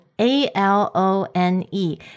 A-L-O-N-E